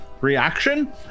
reaction